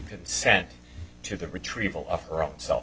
consent to the retrieval of her own self